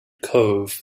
cove